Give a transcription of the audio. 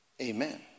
Amen